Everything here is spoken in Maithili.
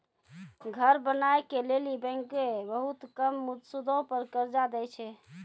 घर बनाय के लेली बैंकें बहुते कम सूदो पर कर्जा दै छै